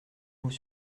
vous